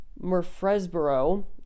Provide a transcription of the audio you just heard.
Murfreesboro